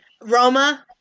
Roma